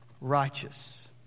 righteous